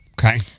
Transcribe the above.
Okay